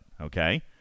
okay